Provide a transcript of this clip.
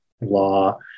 law